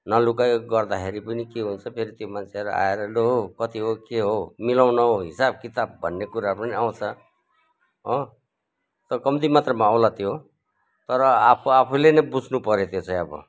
नलुकाई गर्दाखेरि पनि के हुन्छ फेरि त्यो मान्छेहरू आएर लु हौ कति हो के हो मिलाउँ न हौ हिसाब किताब भन्ने कुराहरू पनि आउँछ हो कम्ती मात्रामा आउला त्यो तर आफू आफूले नै बुझ्नु पऱ्यो त्यो चाहिँ अब